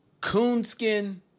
Coonskin